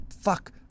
fuck